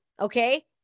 okay